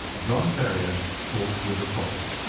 john ferrier talks with the prophet.